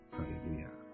Hallelujah